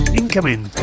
incoming